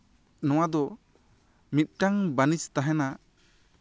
ᱱᱚᱣᱟ ᱫᱚ ᱢᱤᱫᱴᱟᱱ ᱵᱟᱱᱤᱡ ᱛᱟᱦᱮᱱᱟ